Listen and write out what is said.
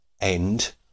end